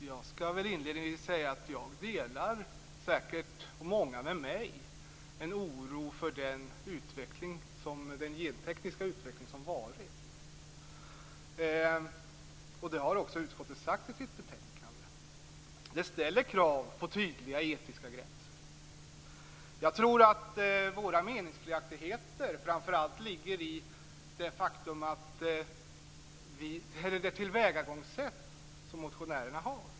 Fru talman! Jag, och många med mig, delar en oro för den gentekniska utveckling som hittills varit. Det har utskottet skrivit i betänkandet. Detta ställer krav på tydliga etiska gränser. Våra meningsskiljaktigheter ligger i motionärernas tillvägagångssätt.